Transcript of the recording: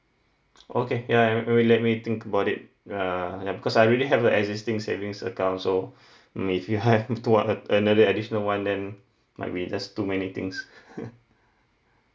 okay ya may maybe let me think about it err ya because I already have a existing savings account so may feel have two other another additional one then might be just too many things